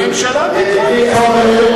הממשלה תמכה בזה.